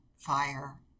fire